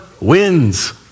wins